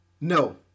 No